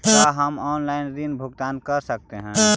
का हम आनलाइन ऋण भुगतान कर सकते हैं?